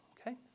Okay